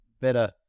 better